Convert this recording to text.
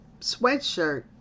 sweatshirt